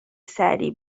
سریع